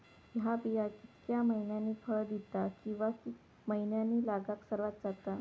हया बिया कितक्या मैन्यानी फळ दिता कीवा की मैन्यानी लागाक सर्वात जाता?